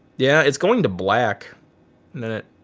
yeah it's going to black and then it,